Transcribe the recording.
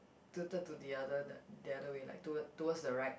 tilted to the other the the other way like toward towards the right